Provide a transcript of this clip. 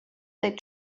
they